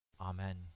Amen